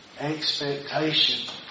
expectation